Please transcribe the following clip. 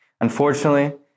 Unfortunately